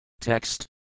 Text